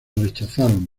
rechazaron